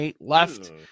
left